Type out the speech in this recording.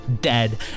dead